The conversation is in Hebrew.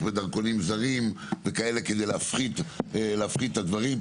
בדרכונים זרים כדי להפחית את הדברים.